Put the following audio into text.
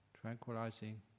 tranquilizing